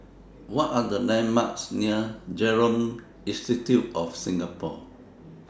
What Are The landmarks near Genome Institute of Singapore